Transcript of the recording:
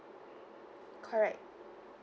correct